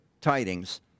Tidings